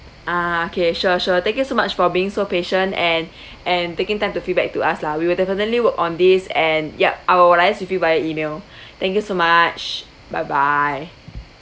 ah okay sure sure thank you so much for being so patient and and taking time to feedback to us lah we will definitely work on this and yup I will liaise with you by email thank you so much bye bye